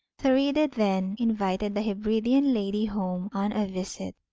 thurida then invited the hebridean lady home on a visit,